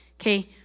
Okay